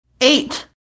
Eight